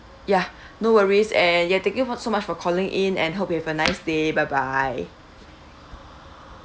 ya no worries and ya thank you so much for calling in and hope you have a nice day bye bye